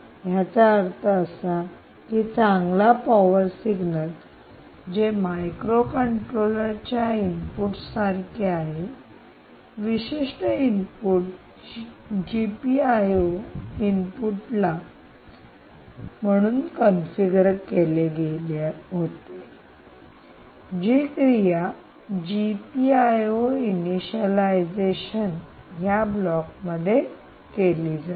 याचा अर्थ असा आहे की चांगला पॉवर सिग्नल जे मायक्रोकंट्रोलर च्या इनपुट सारखे आहे विशिष्ट input GPIO line input म्हणून कॉन्फिगर केले गेले आहे जी क्रिया जीपीआयओ इनिशियलायझेशन या ब्लॉक मध्ये केली जाते